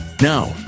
Now